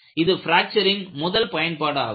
இது பிராக்சரின் முதல் பயன்பாடாகும்